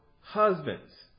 husbands